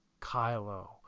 Kylo